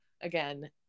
again